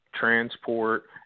transport